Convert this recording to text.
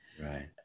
Right